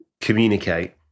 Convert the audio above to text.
communicate